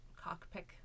cockpit